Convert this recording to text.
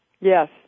Yes